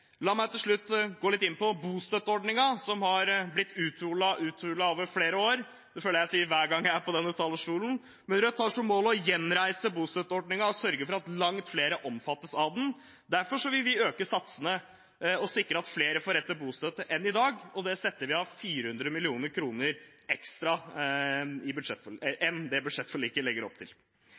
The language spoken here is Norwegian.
La meg slutt gå litt inn på bostøtteordningen, som har blitt uthulet over flere år. Det føler jeg at jeg sier hver gang jeg er på denne talerstolen, men Rødt har som mål å gjenreise bostøtteordningen og sørge for at langt flere omfattes av den. Derfor vil vi øke satsene og sikre at flere får rett til bostøtte enn i dag. Det setter vi av 400 mill. kr ekstra til i forhold til det budsjettforliket legger opp til.